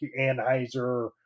Anheuser